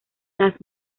las